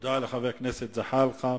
תודה לחבר הכנסת זחאלקה.